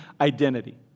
identity